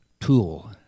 tool